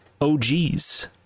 OGs